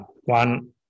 one